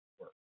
work